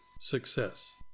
success